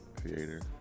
creator